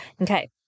Okay